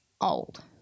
old